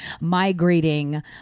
migrating